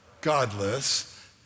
Godless